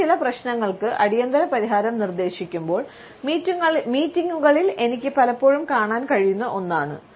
ഇത് ചില പ്രശ്നങ്ങൾക്ക് അടിയന്തിര പരിഹാരം നിർദ്ദേശിക്കുമ്പോൾ മീറ്റിംഗുകളിൽ എനിക്ക് പലപ്പോഴും കാണാൻ കഴിയുന്ന ഒന്നാണ്